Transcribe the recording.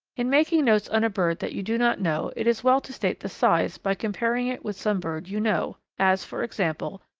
in making notes on a bird that you do not know it is well to state the size by comparing it with some bird you know, as, for example,